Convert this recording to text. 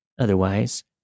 otherwise